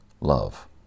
love